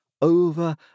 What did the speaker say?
Over